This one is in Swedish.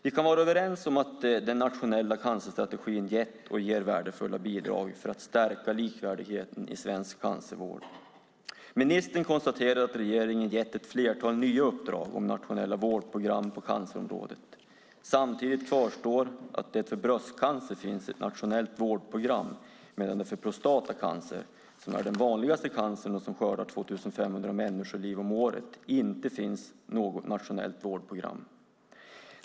Vi kan vara överens om att den nationella cancerstrategin har gett och ger värdefulla bidrag för att stärka likvärdigheten i svensk cancervård. Ministern konstaterar att regeringen har gett ett flertal nya uppdrag om nationella vårdprogram på cancerområdet. Samtidigt kvarstår att det för bröstcancer finns ett nationellt vårdprogram medan det för prostatacancer, som är den vanligaste cancern och som skördar 2 500 människoliv om året, inte finns något nationellt vårdprogram.